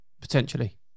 potentially